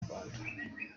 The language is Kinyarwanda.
rwanda